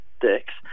dicks